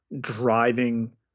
driving